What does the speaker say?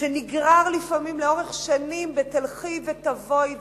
שנגרר לפעמים לאורך שנים ב"תלכי ותבואי",